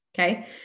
Okay